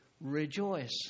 Rejoice